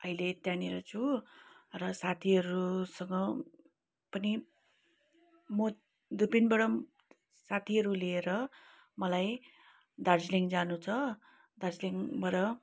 अहिले त्यहाँनिर छु र साथीहरूसँग पनि म दुर्पिनबाट पनि साथीहरू लिएर मलाई दार्जिलिङ जानु छ दार्जिलिङबाट